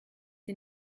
sie